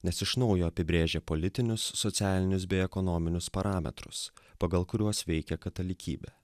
nes iš naujo apibrėžia politinius socialinius bei ekonominius parametrus pagal kuriuos veikia katalikybė